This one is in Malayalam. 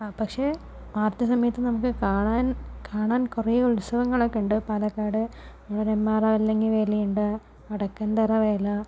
ആ പക്ഷെ മാർച്ച് സമയത്ത് നമുക്ക് കാണാൻ കാണാൻ കുറേ ഉത്സവങ്ങൾ ഒക്കെ ഉണ്ട് പാലക്കാട് നെന്മാറ വല്ലങ്കി വേലയുണ്ട് വടക്കുന്തറ വേല